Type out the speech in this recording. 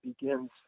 begins